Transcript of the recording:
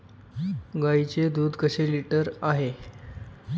गाईचे दूध कसे लिटर आहे?